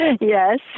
Yes